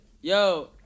yo